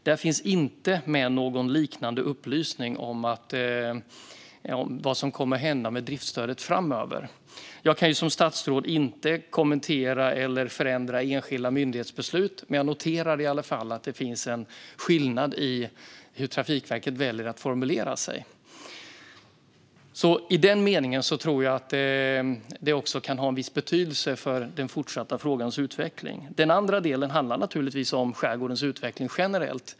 Där finns inte med någon liknande upplysning om vad som kommer att hända med driftsstödet framöver. Jag kan som statsråd inte kommentera eller förändra enskilda myndighetsbeslut, men jag noterar i alla fall att det finns en skillnad i hur Trafikverket väljer att formulera sig. I den meningen tror jag att detta också kan ha en viss betydelse för frågans fortsatta utveckling. Den andra delen handlar naturligtvis om skärgårdens utveckling generellt.